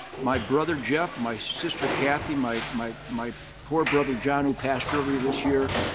my brother jeff, my sister cathy, my my my poor brother john who passed earlier this year,